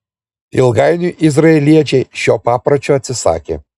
ilgainiui izraeliečiai šio papročio atsisakė